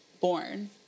born